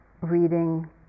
reading